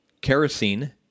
kerosene